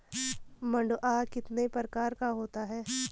मंडुआ कितने प्रकार का होता है?